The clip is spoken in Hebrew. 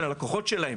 של הלקוחות שלהם.